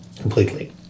completely